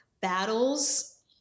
battles